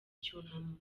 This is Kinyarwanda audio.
cyunamo